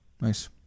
Nice